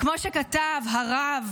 כמו שכתב הרב